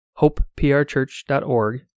hopeprchurch.org